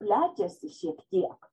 plečiasi šiek tiek